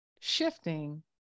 shifting